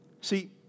See